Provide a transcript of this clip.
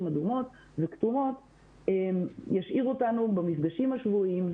אדומות וכתומות ישאיר אותנו במפגשים השבועיים,